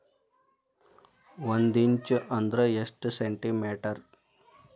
ಒಂದಿಂಚು ಅಂದ್ರ ಎಷ್ಟು ಸೆಂಟಿಮೇಟರ್?